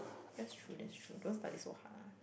that's true that's true don't study so hard ah